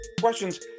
questions